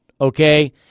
Okay